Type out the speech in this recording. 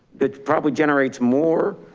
that probably generates more,